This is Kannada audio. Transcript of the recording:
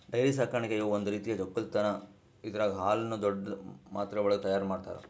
ಡೈರಿ ಸಾಕಾಣಿಕೆಯು ಒಂದ್ ರೀತಿಯ ಒಕ್ಕಲತನ್ ಇದರಾಗ್ ಹಾಲುನ್ನು ದೊಡ್ಡ್ ಮಾತ್ರೆವಳಗ್ ತೈಯಾರ್ ಮಾಡ್ತರ